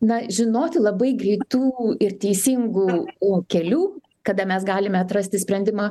na žinoti labai greitų ir teisingų kelių kada mes galime atrasti sprendimą